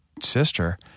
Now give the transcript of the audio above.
sister